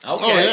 Okay